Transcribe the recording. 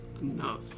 enough